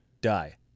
die